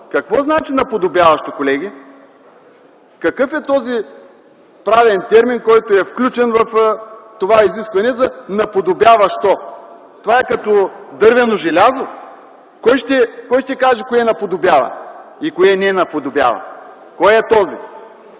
Какво значи „наподобяващо”, колеги? Какъв е този правен термин, който е включен в това изискване за „наподобяващо”? Това е като дървено желязо?! Кой ще каже кое наподобява и кое не наподобява? Кой е този?